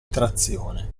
trazione